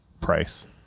price